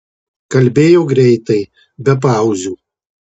kalbėjo greitai be pauzių